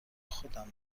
خودم